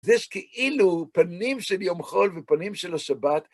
ויש כאילו פנים של יום חול ופנים של השבת.